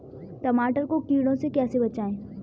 टमाटर को कीड़ों से कैसे बचाएँ?